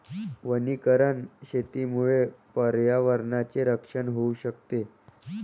वनीकरण शेतीमुळे पर्यावरणाचे रक्षण होऊ शकते